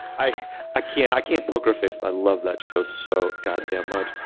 i i can't i can't poker face. i love that show so goddamn much.